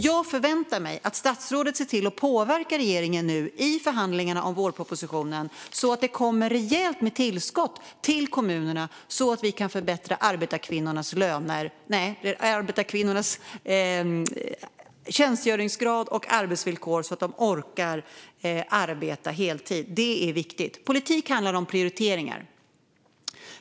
Jag förväntar mig att statsrådet i förhandlingarna om vårpropositionen ser till att påverka regeringen så att det kommer rejäla tillskott till kommunerna för att förbättra arbetarkvinnornas tjänstgöringsgrad och arbetsvillkor, så att de orkar arbeta heltid. Det är viktigt. Politik handlar om prioriteringar.